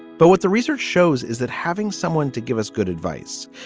but what the research shows is that having someone to give us good advice,